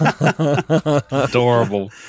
Adorable